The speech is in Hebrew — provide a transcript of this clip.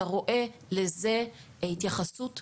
אתה רואה לזה התייחסות שונה,